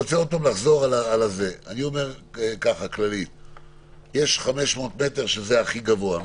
יש 500 מטר, שזה הכי גבוה,